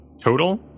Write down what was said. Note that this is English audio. total